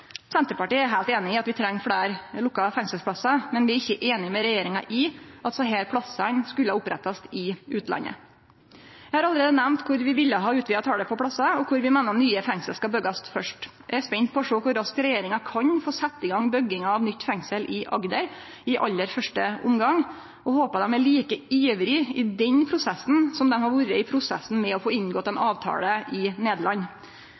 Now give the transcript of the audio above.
Senterpartiet er heilt einig i at vi treng fleire lukka fengselsplassar, men vi er ikkje einige med regjeringa i at desse plassane skulle opprettast i utlandet. Eg har allereie nemnt kor vi ville ha utvida talet på plassar, og kor vi meiner nye fengsel skal byggjast først. Eg er spent på å sjå kor raskt regjeringa kan få sett i gang bygginga av nytt fengsel i Agder i aller første omgang, og håpar dei er like ivrige i denne prosessen som dei har vore i prosessen med å få inngått ein avtale i Nederland.